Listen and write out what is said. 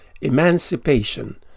emancipation